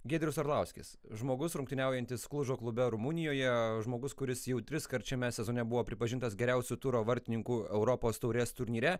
giedrius arlauskis žmogus rungtyniaujantis klužo klube rumunijoje žmogus kuris jau triskart šiame sezone buvo pripažintas geriausiu turo vartininku europos taurės turnyre